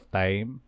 time